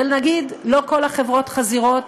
ונגיד: לא כל החברות חזירות,